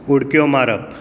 उडक्यो मारप